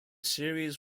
series